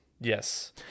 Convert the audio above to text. Yes